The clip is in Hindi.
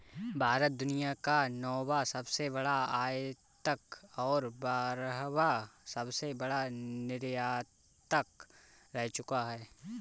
भारत दुनिया का नौवां सबसे बड़ा आयातक और बारहवां सबसे बड़ा निर्यातक रह चूका है